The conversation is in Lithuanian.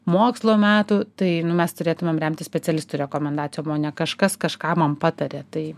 mokslo metų tai mes turėtumėm remtis specialistų rekomendacijom o ne kažkas kažką man patarė tai